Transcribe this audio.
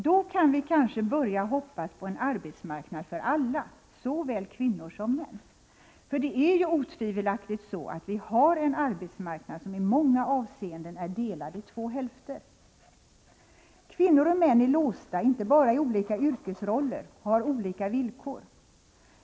Då kan vi kanske börja hoppas på en arbetsmarknad för alla — såväl kvinnor som män. För det är ju otvivelaktigt så att vi har en arbetsmarknad som i många avseenden är delad i två hälfter. Kvinnor och män är låsta inte bara i olika yrkesroller och med olika villkor.